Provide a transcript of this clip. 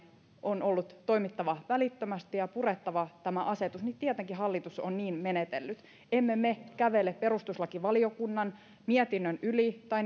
on ollut toimittava välittömästi ja purettava tämä asetus niin tietenkin hallitus on niin menetellyt emme me kävele perustuslakivaliokunnan mietinnön yli tai